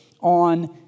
on